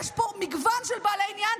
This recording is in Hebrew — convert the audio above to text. יש פה מגוון של בעלי עניין,